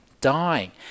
dying